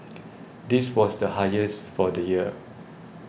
this was the highest for the year